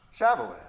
Shavuot